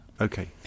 Okay